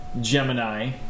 Gemini